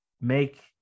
make